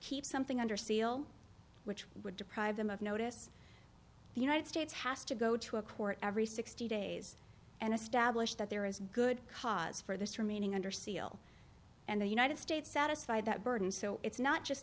keep something under seal which would deprive them of notice the united states has to go to a court every sixty days and establish that there is good cause for this remaining under seal and the united states satisfied that burden so it's not just